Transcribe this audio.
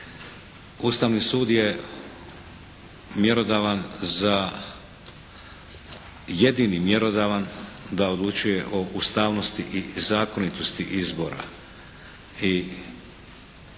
Ustavni sud je mjerodavan za, jedini mjerodavan da odlučuje o ustavnosti i zakonitosti izbora